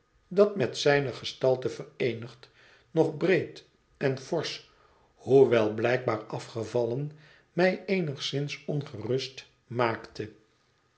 dat met zijne gestalte vereenigd nog breed en forsch hoewel blijkbaar afgevallen mij eenigszins ongerust maakte